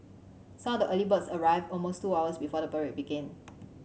some of the early birds arrived almost two hours before the parade began